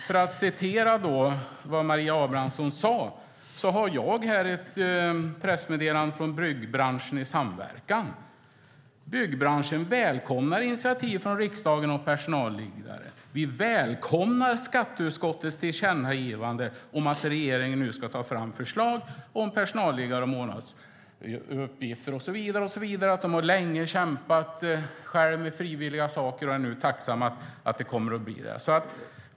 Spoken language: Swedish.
För att bemöta det Maria Abrahamsson sade har jag ett pressmeddelande från Byggbranschen i samverkan. Byggbranschen välkomnar initiativ från riksdagen om personalliggare. "Vi välkomnar Skatteutskottets tillkännagivande om att regeringen nu ska ta fram förslag på personalliggare och månadsuppgifter." De har länge kämpat själva med frivilliga saker och är nu tacksamma för att det kommer att bli så här.